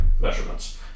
measurements